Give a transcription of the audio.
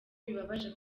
bibabaje